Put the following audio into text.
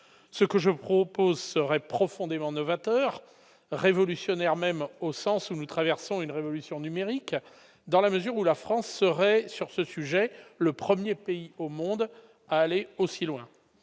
ce que je propose serait profondément novateur, révolutionnaire, même au sens où nous traversons une révolution numérique, dans la mesure où la France serait sur ce sujet le 1er pays au monde à aller aussi loin,